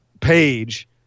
page